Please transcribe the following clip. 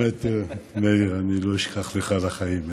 באמת, מאיר, אני לא אשכח לך את זה בחיים,